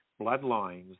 bloodlines